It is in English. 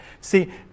See